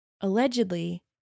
allegedly